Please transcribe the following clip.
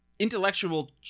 intellectual